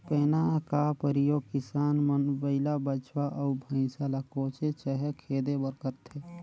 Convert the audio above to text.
पैना का परियोग किसान मन बइला, बछवा, अउ भइसा ल कोचे चहे खेदे बर करथे